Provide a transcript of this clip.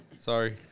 Sorry